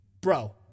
Bro